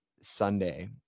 Sunday